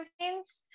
campaigns